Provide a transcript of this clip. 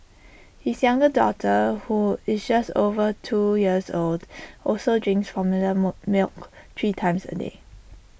his younger daughter who is just over two years old also drinks formula milk three times A day